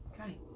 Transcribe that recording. Okay